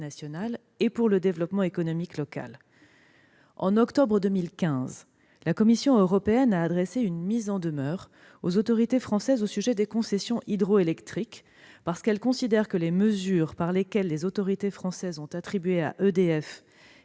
et pour le développement économique local. En octobre 2015, la Commission européenne a adressé une mise en demeure aux autorités françaises au sujet des concessions hydroélectriques. En effet, elle considère que les mesures par lesquelles les autorités françaises ont attribué à EDF